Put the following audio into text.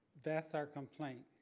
that's our complaint.